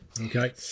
Okay